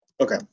Okay